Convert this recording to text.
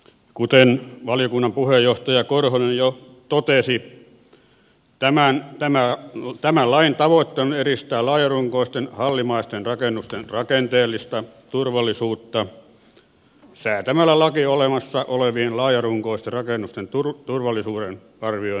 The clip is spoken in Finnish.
kuten valiokunnan puheenjohtaja korhonen jo totesi tämän lain tavoitteena on edistää laajarunkoisten hallimaisten rakennusten rakenteellista turvallisuutta säätämällä laki olemassa olevien laajarunkoisten rakennusten turvallisuuden arvioinnista